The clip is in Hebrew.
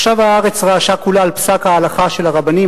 עכשיו הארץ רעשה כולה על פסק ההלכה של הרבנים.